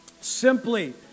simply